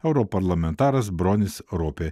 europarlamentaras bronis ropė